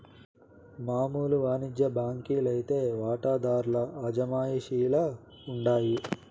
మామూలు వానిజ్య బాంకీ లైతే వాటాదార్ల అజమాయిషీల ఉండాయి